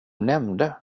nämnde